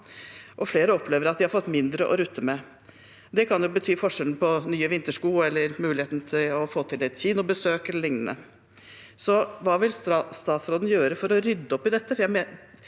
og flere opplever at de har fått mindre å rutte med. Det kan bety forskjellen på nye vintersko eller ikke, og muligheten til å få til et kinobesøk e.l. Hva vil statsråden gjøre for å rydde opp i dette?